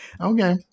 Okay